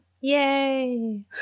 Yay